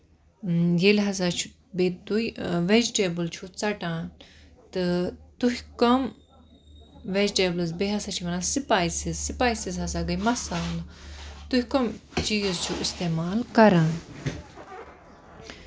ییٚلہِ ہسا چھُ بیٚیہِ تُہۍ ویجِٹیبٔل چھِو ژَٹان تہٕ تُہۍ کَم ویجٹیبٔلز بیٚیہِ ہسا چھِ وَنان سِپایسٔز سِپایسٔز ہسا گے مَسالہٕ تُہۍ کَم چیٖز چھِو اِستعمال کران